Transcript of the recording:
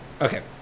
Okay